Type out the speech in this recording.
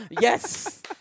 Yes